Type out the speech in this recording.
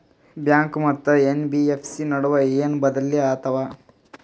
Bank ಮತ್ತ NBFC ನಡುವ ಏನ ಬದಲಿ ಆತವ?